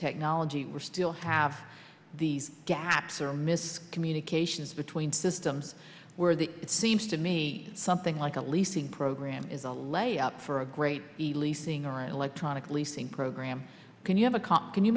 technology we're still have these gaps are miscommunications between systems where the it seems to me something like a leasing program is a layout for a great the leasing or an electronic leasing program can you have a comp can you